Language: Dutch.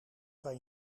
kan